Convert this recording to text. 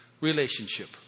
Relationship